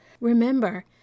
Remember